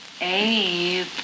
Abe